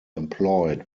employed